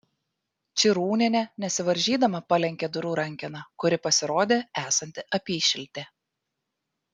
čirūnienė nesivaržydama palenkė durų rankeną kuri pasirodė esanti apyšiltė